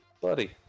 Buddy